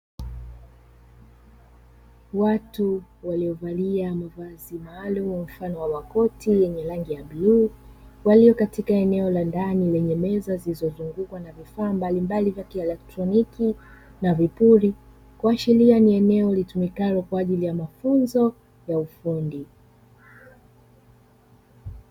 Watu waiovalia mavazi maalumu mfano wa makoti yenye rangi ya bluu walio katika eneo la ndani lenye meza zilizozungukwa na vifaa mbalimbali vya kielekroniki na vipuri, kuashiria ni eneo litumikalo kwa ajili ya mafunzo ya ufundi.